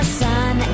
sun